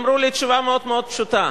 אמרו לי תשובה מאוד מאוד פשוטה: